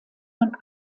man